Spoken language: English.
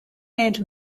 named